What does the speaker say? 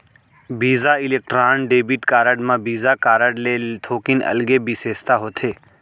बिसा Electron debit card म Visa card ले थोकिन अलगे बिसेसता होथे